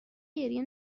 گریه